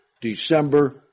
December